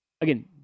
Again